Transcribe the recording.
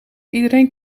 iedereen